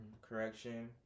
correction